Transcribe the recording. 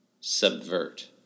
subvert